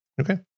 okay